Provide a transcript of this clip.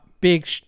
big